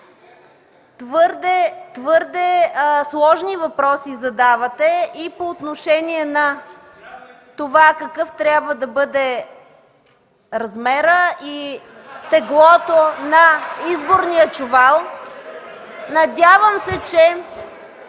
Твърде сложни въпроси задавате и по отношение на това какъв трябва да бъде размерът и теглото на изборния чувал. (Оживление